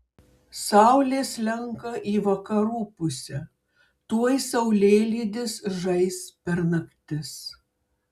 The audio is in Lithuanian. saulė slenka į vakarų pusę tuoj saulėlydis žais per naktis